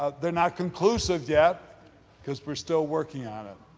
ah they are not conclusive yet because we're still working on it.